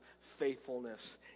faithfulness